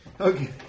Okay